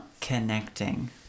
Connecting